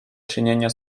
czynienia